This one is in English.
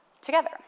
together